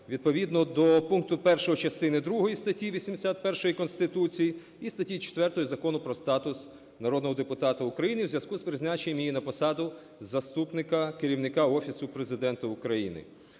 відповідно до пункту 1 частини другої статті 81 Конституції і статті 4 Закону "Про статус народного депутата України" в зв'язку з призначенням її на посаду заступника керівника Офісу Президента України.